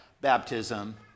baptism